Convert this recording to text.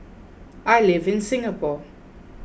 I live in Singapore